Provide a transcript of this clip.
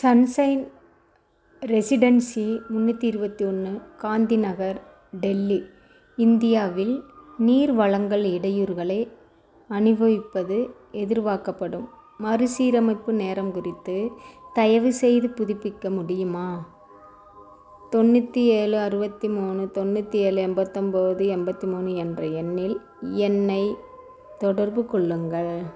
ஸ் sunshine residency Gandhi இருபத்தி ஒன்று காந்தி நகர் டெல்லி இந்தியாவில் நீர் வழங்கல் இடையூறுகளை அனுபவிப்பது எதிர்பார்க்கப்படும் மறுசீரமைப்பு நேரம் குறித்து தயவுசெய்து புதுப்பிக்க முடியுமா தொண்ணூற்று ஏழு அறுபத்தி மூணு தொண்ணூற்று ஏழு எண்பத்தொம்போது எண்பத்தி மூணு என்ற எண்ணில் என்னைத் தொடர்பு கொள்ளுங்கள்